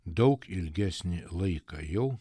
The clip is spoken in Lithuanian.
daug ilgesnį laiką jau